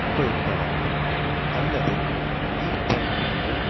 ಉಪಯುಕ್ತವಾಗಿದೆ ಅಲ್ಲದೇ ಈ ಟ್ರೈನ್ನಲ್ಲಿ